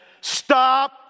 stop